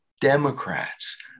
Democrats